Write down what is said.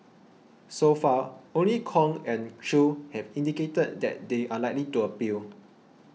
so far only Kong and Chew have indicated that they are likely to appeal